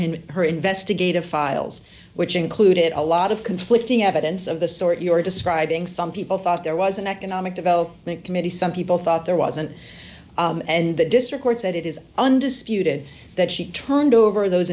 in her investigative files which included a lot of conflicting evidence of the sort you're describing some people thought there was an economic development committee some people thought there wasn't and the district court said it is undisputed that she turned over those